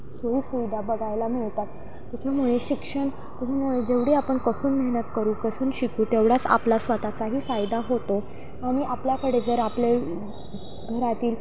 सोयी सुविधा बघायला मिळतात त्याच्यामुळे शिक्षण त्याच्यामुळे जेवढी आपण कसून मेहनत करू कसून शिकू तेवढाच आपला स्वतःचाही फायदा होतो आणि आपल्याकडे जर आपले घरातील